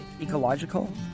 ecological